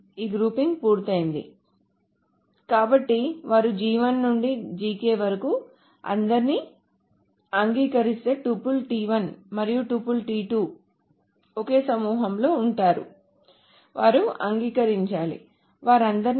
ఈ గ్రూపింగ్ పూర్తయింది కాబట్టి వారు నుండి వరకు అందరినీ అంగీకరిస్తే టపుల్ t1 మరియు టపుల్ t2 ఒకే సమూహంలో ఉంటారు వారు అంగీకరించాలి వారందరికీ